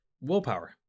willpower